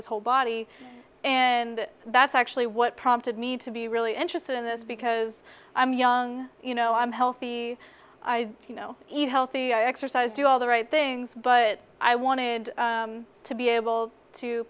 his whole body and that's actually what prompted me to be really interested in this because i'm young you know i'm healthy i eat healthy i exercise do all the right things but i wanted to be able to